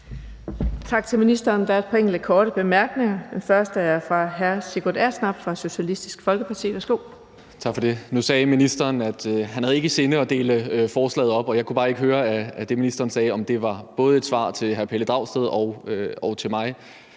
Tak for det. Nu sagde ministeren, at han ikke har i sinde at dele forslaget op. Jeg kunne bare ikke høre af det, ministeren sagde, om det både var et svar til hr. Pelle Dragsted og til mig.